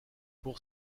pour